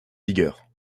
vigueur